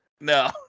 No